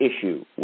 issue